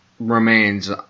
Remains